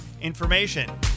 information